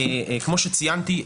כמו שציינתי,